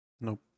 Nope